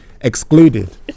Excluded